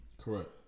Correct